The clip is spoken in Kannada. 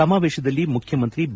ಸಮಾವೇಶದಲ್ಲಿ ಮುಖ್ಯಮಂತ್ರಿ ಬಿ